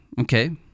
okay